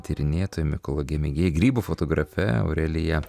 tyrinėtoja mikologe mėgėja grybų fotografe aurelija